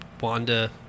wanda